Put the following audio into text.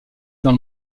dans